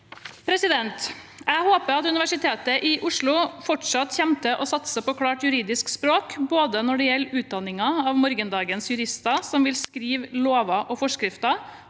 årene. Jeg håper at Universitetet i Oslo fortsatt kommer til å satse på klart juridisk språk, både når det gjelder utdanningen av morgendagens jurister som vil skrive lover og forskrifter,